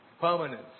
Permanent